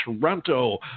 toronto